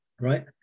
right